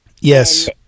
Yes